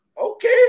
Okay